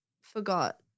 forgot